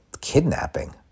kidnapping